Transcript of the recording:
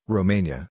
Romania